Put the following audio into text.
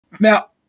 now